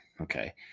okay